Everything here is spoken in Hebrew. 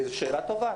זאת שאלה טובה.